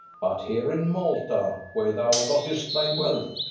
but here in malta, where thou gott'st thy wealth,